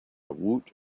woot